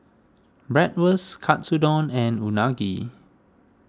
Bratwurst Katsudon and Unagi